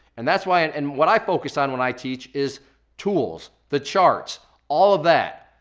and that's why, and and what i focused on when i teach is tools, the charts, all of that.